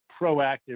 proactive